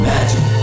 Magic